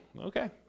Okay